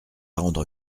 rendre